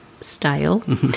style